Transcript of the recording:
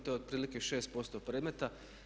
To je otprilike 6% predmeta.